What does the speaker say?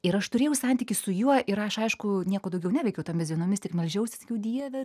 ir aš turėjau santykį su juo ir aš aišku nieko daugiau neveikiau tomis dienomis tik meldžiausi sakiau dieve